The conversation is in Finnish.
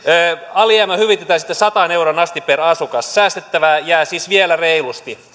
alijäämä hyvitetään sitten sataan euroon asti per asukas säästettävää jää siis vielä reilusti